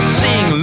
sing